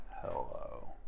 Hello